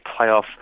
playoff